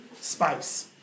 spice